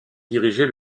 dirigeait